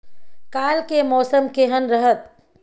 काल के मौसम केहन रहत?